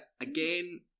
Again